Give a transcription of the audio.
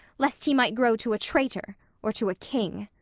lest he might grow to a traitor or to a king.